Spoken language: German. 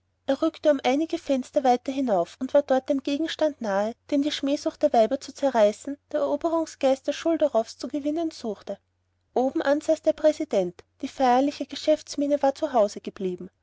rückte um einige fenster weiter hinauf und war dort dem gegenstand nahe den die schmähsucht der weiber zu zerreißen der eroberungsgeist der schulderoffs zu gewinnen suchte obenan saß der präsident die feierliche geschäftsmiene war zu hause geblieben